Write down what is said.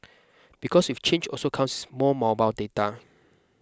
because with change also comes more mobile data